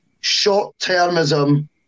Short-termism